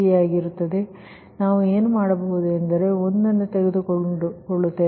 ಆದ್ದರಿಂದ ನಾವು ಏನು ಮಾಡುತ್ತೇವೆ ನಾವು ಒಂದನ್ನು ತೆಗೆದುಕೊಳ್ಳುತ್ತೇವೆ